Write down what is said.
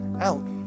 out